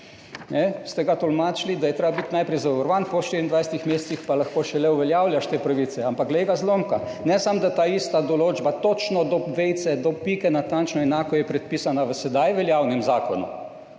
Ste ga tolmačili, da je treba biti najprej zavarovan, po 24 mesecih pa lahko šele uveljavljaš te pravice, ampak glej ga zlomka. Ne samo da ta ista določba točno do vejice, do pike natančno enako je predpisana v sedaj veljavnem zakonu.